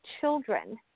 children